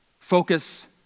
Focus